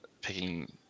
picking